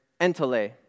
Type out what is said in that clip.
entele